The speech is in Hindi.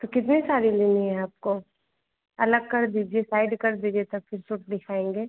कितनी साड़ी लेनी है आपको अलग कर दीजिए साइड कर दीजिए तब फिर सूट दिखाएँगे